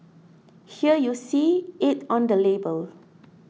here you see it on the label